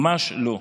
ממש לא.